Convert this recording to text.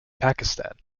pakistan